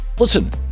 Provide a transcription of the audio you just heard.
Listen